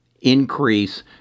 increase